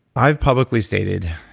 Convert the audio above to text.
i've publicly stated,